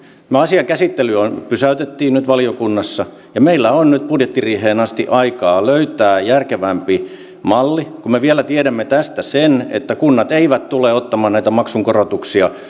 tämän asian käsittely pysäytettiin nyt valiokunnassa ja meillä on nyt budjettiriiheen asti aikaa löytää järkevämpi malli kun me vielä tiedämme tästä sen että kunnat eivät juurikaan tule ottamaan näitä maksukorotuksia